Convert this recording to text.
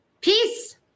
Peace